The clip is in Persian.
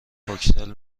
کوکتل